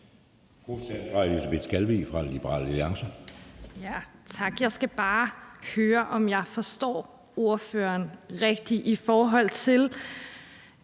Tak. Jeg skal bare høre, om jeg forstår ordføreren rigtigt. Når